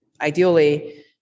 ideally